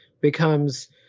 becomes